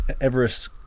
Everest